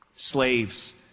Slaves